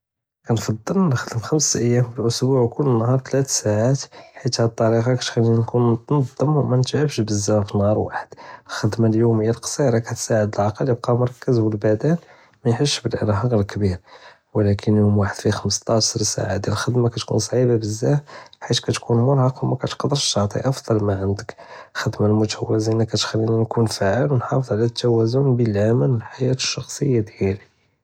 כנפעל נכדם חמש איימ פלאוסבוע וכל נהאר תלת סעאת, חית האד טאוריקה כתחליני נכון מונזם ומנטעבש בזאף נהאר וואחד. אלח'דמה אליומיה אלקצירה כתסעיד אלעקל ייבקע מרכז ואלבדן מאיחסש באלארחק לקביר, ולקין אלאוואחד פי חמסיטאס סעאת דיאל אלח'דמה כתכון סעיבה בזאף חית כתכון מרחק ומכתדרש תעטי אטעף מאענדכ, אלח'דמה מתעובה זינה כתחליני נכון פעאל ונחפד' עלא תואזן בין אלאמל ואלחאיה אלשחסיה דיאלי.